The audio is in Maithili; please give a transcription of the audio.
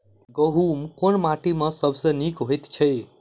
गहूम केँ माटि मे सबसँ नीक होइत छै?